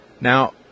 Now